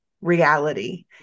reality